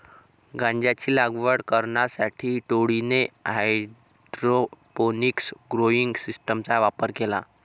गांजाची लागवड करण्यासाठी टोळीने हायड्रोपोनिक्स ग्रोइंग सिस्टीमचा वापर केला